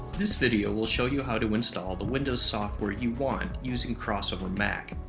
this video will show you how to install the windows software you want using crossover mac.